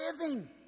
living